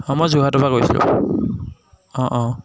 হয় মই যোৰহাটৰ পৰা কৈছোঁ অঁ অঁ